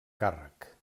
càrrec